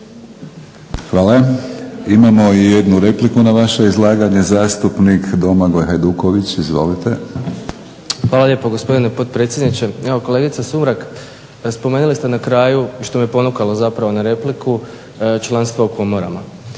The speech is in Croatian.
Hvala. Imamo i jednu repliku na vaše izlaganje. Zastupnik Domagoj Hajduković, izvolite. **Hajduković, Domagoj (SDP)** Hvala lijepo gospodine potpredsjedniče. Evo kolegice Sumrak spomenuli ste na kraju, što me ponukalo zapravo na repliku, članstvo u komorama.